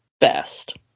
best